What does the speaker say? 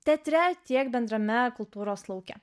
teatre tiek bendrame kultūros lauke